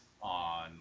on